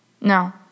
No